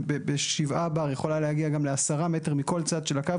ב-7 בר יכולה להגיע גם ל-10 מטר מכל צד של הקו.